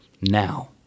now